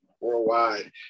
worldwide